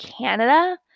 Canada